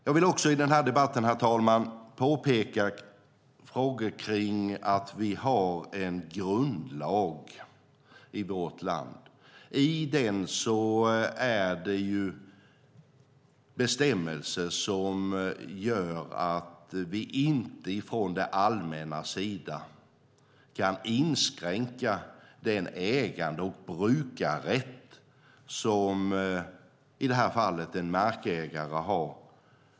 Jag vill också i denna debatt, herr talman, påpeka att vi har en grundlag med bestämmelser som gör att vi inte från det allmännas sida kan inskränka den ägande och brukarrätt som i detta fall en markägare har.